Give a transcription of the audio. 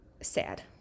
sad